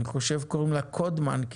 אני חושב שקוראים לה קודמן.